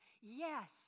Yes